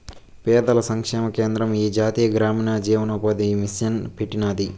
పేదల సంక్షేమ కేంద్రం ఈ జాతీయ గ్రామీణ జీవనోపాది మిసన్ పెట్టినాది